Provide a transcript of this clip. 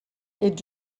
ets